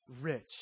rich